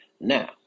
Now